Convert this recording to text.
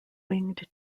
winged